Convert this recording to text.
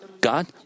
God